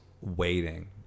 waiting